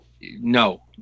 no